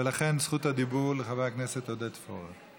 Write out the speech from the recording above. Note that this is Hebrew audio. ולכן זכות הדיבור לחברי הכנסת עודד פורר.